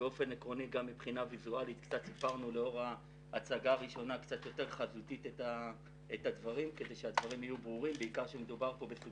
גם מבחינה ויזואלית שיפרנו את הדברים כדי שהם יהיו ברורים עד כמה